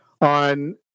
on